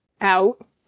out